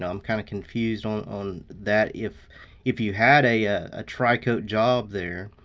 um kind of confused on on that. if if you had a ah tricoat job there,